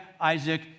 Isaac